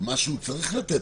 משהו צריך לתת.